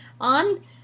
on